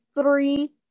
three